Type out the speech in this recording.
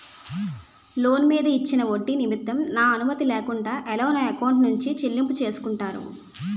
Loan మీద ఇచ్చిన ఒడ్డి నిమిత్తం నా అనుమతి లేకుండా ఎలా నా ఎకౌంట్ నుంచి చెల్లింపు చేసుకుంటారు?